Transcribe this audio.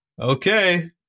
okay